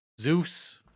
zeus